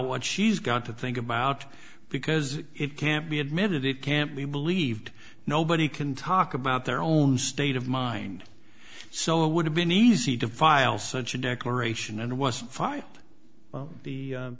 what she's got to think about because it can't be admitted it can't be believed nobody can talk about their own state of mind so it would have been easy to file such a declaration and was fired the